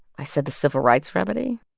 i said, the civil rights remedy?